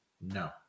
No